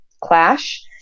Clash